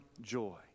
joy